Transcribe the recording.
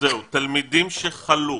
תלמידים שחלו,